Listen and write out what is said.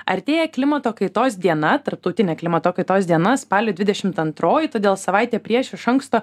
artėja klimato kaitos diena tarptautinė klimato kaitos diena spalio dvidešimt antroji todėl savaitę prieš iš anksto